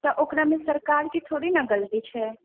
तऽ ओकरामे सरकारके थोड़ी ने गलती छै